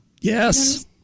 yes